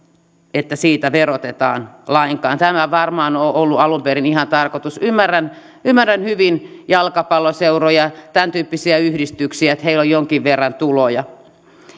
että siitä verotetaan lainkaan tämä ei varmaan ole ollut alun perin ihan tarkoitus ymmärrän ymmärrän hyvin jalkapalloseuroja tämäntyyppisiä yhdistyksiä että heillä on jonkin verran tuloja